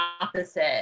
opposite